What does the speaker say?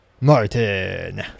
Martin